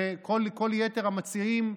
וכל יתר המציעים,